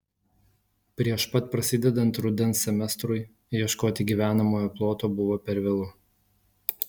prieš pat prasidedant rudens semestrui ieškoti gyvenamojo ploto buvo per vėlu